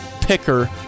Picker